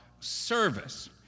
Service